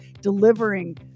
delivering